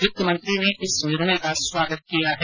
वित्त मंत्री ने इस निर्णय का स्वागत किया है